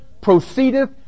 proceedeth